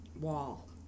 wall